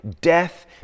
death